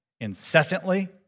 incessantly